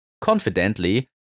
Confidently